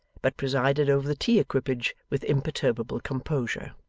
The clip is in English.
but presided over the tea equipage with imperturbable composure.